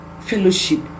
fellowship